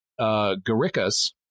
Garicus